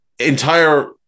entire